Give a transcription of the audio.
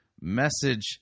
message